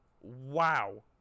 wow